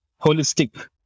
holistic